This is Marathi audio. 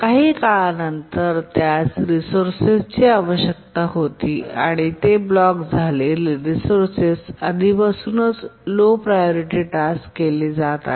काही काळानंतर त्यास रिसोर्सेस ची आवश्यकता होती आणि ते ब्लॉक झाले रिसोर्सेस आधीपासूनच लो प्रायोरिटी टास्क केले जात आहे